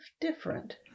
different